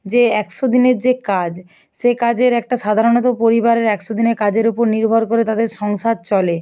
যে একশো দিনের যে কাজ সে কাজের একটা সাধারণত পরিবারের একশো দিনের কাজের ওপর নির্ভর করে তাদের সংসার চলে